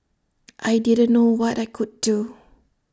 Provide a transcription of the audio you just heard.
I didn't know what I could do